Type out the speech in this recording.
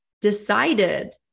decided